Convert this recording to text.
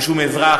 שום אזרח,